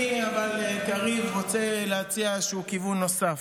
אני אבל, קריב, רוצה להציע איזשהו כיוון נוסף.